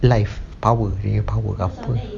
life power eh power ke apa